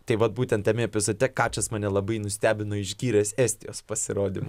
tai vat būtent tame epizode kačas mane labai nustebino išgyręs estijos pasirodymą